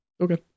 Okay